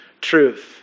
truth